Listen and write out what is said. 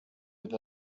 with